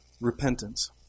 repentance